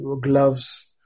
gloves